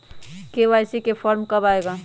KYC form कब आए गा?